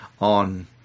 on